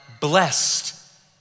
blessed